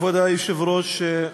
כבוד היושב-ראש,